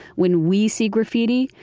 when we see graffiti,